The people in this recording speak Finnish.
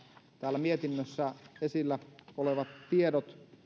täällä mietinnössä esillä olevat tiedot